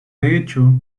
hecho